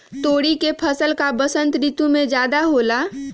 तोरी के फसल का बसंत ऋतु में ज्यादा होला?